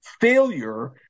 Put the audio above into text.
failure